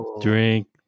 drink